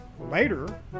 Later